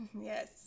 Yes